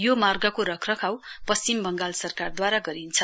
यो मार्गको रखरखाउ पश्चिम बङ्गाल सरकारद्वारा गरिन्छ